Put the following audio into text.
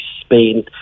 Spain